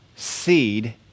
seed